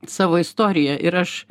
savo istoriją ir aš